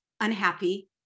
unhappy